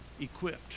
equipped